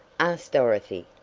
asked dorothy.